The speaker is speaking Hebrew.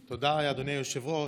תודה, אדוני היושב-ראש.